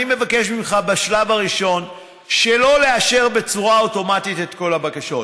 אני מבקש ממך בשלב הראשון שלא לאשר בצורה אוטומטית את כל הבקשות,